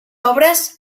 obres